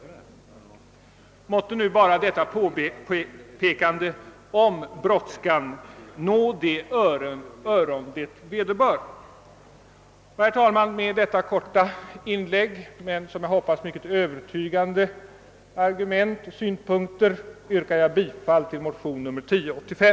Måtte nu bara detta påpekande om brådskan nå de öron det vederbör! Herr talman! Med dessa kortfattade men, som jag hoppas, mycket övertygande argument och synpunkter yrkar jag bifall till motionen II: 1085.